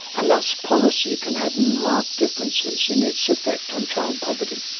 and thus policy can have marked differences in its effect on child poverty.